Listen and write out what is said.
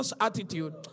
attitude